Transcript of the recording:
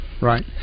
Right